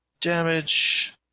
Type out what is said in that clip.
damage